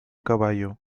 caballo